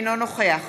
אינו נוכח